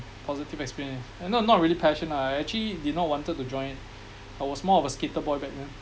positive experience not not really passion I actually did not wanted to join I was more of a skater boy back then